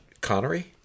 Connery